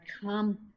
come